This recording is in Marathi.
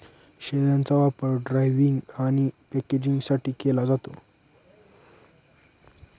शेळ्यांचा वापर ड्रायव्हिंग आणि पॅकिंगसाठी केला जातो